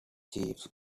chiefs